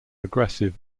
aggressive